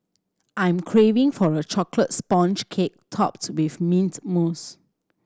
I'm craving for a chocolate sponge cake topped with mint mousse